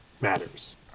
Matters